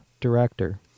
director